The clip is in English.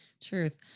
Truth